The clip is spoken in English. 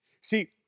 See